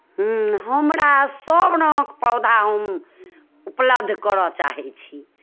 हमरा सभ रङ्गक पौधा हम उपलब्ध करय चाहै छी